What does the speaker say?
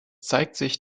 zeigt